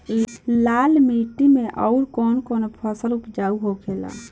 लाल माटी मे आउर कौन कौन फसल उपजाऊ होखे ला?